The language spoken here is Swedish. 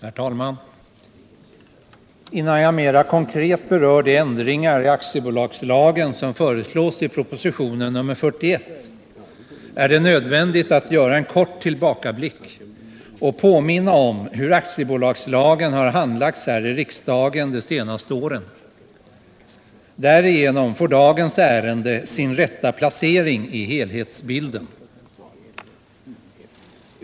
Herr talman! Innan jag mera konkret berör de ändringar i aktiebolagslagen som föreslås i proposition nr 41 är det nödvändigt att göra en kort tillbakablick och påminna om hur aktiebolagslagen har handlagts i riksdagen de senaste åren. Därigenom får dagens ärende sin rätta placering i helhetsbilden.